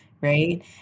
right